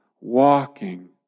walking